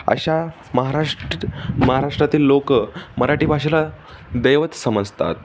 अशा महाराष्ट महाराष्ट्रातील लोक मराठी भाषेला दैवत समजतात